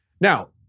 Now